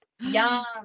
Yum